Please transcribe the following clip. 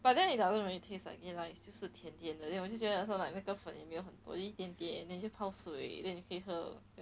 but then it doesn't really taste like a like 就是甜点的 then 我就觉得 so like 那个粉也没有很多一点点 then 就泡水 then 你可以喝